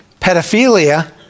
pedophilia